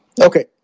Okay